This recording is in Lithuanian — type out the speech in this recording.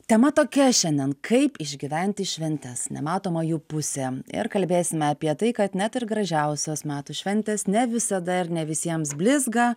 tema tokia šiandien kaip išgyventi šventes nematoma jų pusė ir kalbėsime apie tai kad net ir gražiausios metų šventes ne visada ir ne visiems blizga